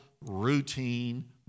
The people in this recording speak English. routine